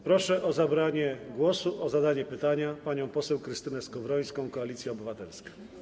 Proszę o zabranie głosu, o zadanie pytania panią poseł Krystynę Skowrońską, Koalicja Obywatelska.